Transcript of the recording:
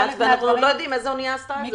ואנחנו עוד לא יודעים איזו אונייה עשתה את זה.